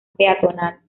peatonal